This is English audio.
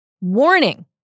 Warning